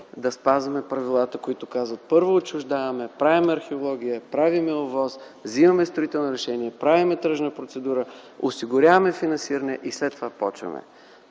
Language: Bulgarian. да спазваме правилата, които казват, че първо отчуждаваме, правим археология, правим ОВОС, вземаме строителни разрешения, правим тръжна процедура, осигуряваме финансиране и след това започваме.